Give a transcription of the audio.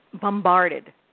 bombarded